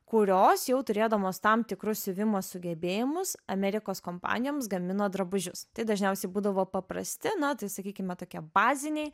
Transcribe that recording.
kurios jau turėdamos tam tikrus siuvimo sugebėjimus amerikos kompanijoms gamino drabužius tai dažniausiai būdavo paprasti na tai sakykime tokie baziniai